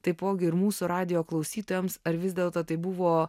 taipogi ir mūsų radijo klausytojams ar vis dėlto tai buvo